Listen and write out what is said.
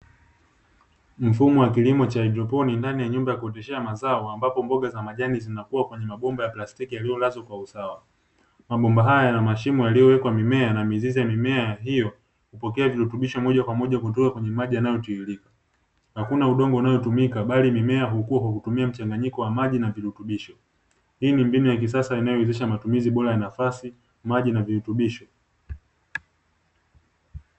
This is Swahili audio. Mfumo wa kilimo cha haidroponi ndani ya nyumba cha kukodishia mazao ambapo mboga za majani zinakua kwenye mabomba ya plastiki yaliyolazwa kwa usawa. Mabomba haya yana mashimo yaliyowekwa mimea na mizizi ya mimea hiyo hupokea virutubisho moja kwa moja kutoka kwenye maji yanayotiririka. Hakuna udongo unatumika bali mimea hukua kwa kutumia mchanganyiko wa maji na virutubisho . Hii ni mbinu ya kisasa inayowezesha matumizi bora ya nafasi, maji na virutubisho.